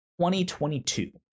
2022